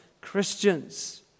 Christians